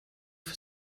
für